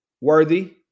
Worthy